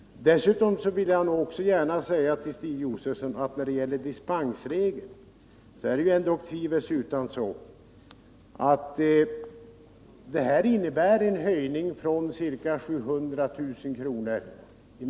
Dessutom vill jag gärna säga till Stig Josefson att det beträffande dispensreglerna tvivelsutan blir en höjning från ca 700 000 kr.